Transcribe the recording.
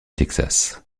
texas